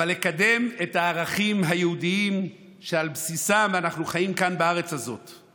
אבל לקדם את הערכים היהודיים שעל בסיסם אנחנו חיים כאן בארץ הזאת.